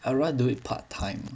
I rather do it part time